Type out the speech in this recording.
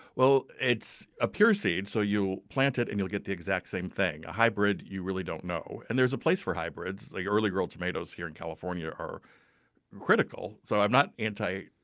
well, it's a pure seed, so you'll plant it and you'll get the exact same thing. a hybrid, you really don't know. and there's a place for hybrids, like early girl tomatoes here in california are critical, so i'm not anti-hybrids,